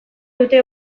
dute